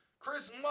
Chris